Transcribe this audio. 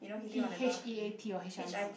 he H E A T or H I T